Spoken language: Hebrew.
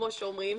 כפי שאומרים,